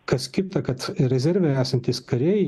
kas kita kad rezerve esantys kariai